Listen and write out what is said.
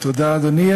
תודה, אדוני.